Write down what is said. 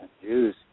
Jews